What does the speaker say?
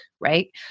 right